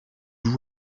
vous